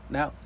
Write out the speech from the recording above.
Now